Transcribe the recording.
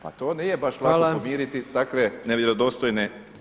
Pa to nije baš lako pomiriti takve nevjerodostojne